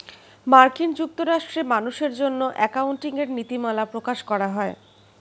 মার্কিন যুক্তরাষ্ট্রে মানুষের জন্য অ্যাকাউন্টিং এর নীতিমালা প্রকাশ করা হয়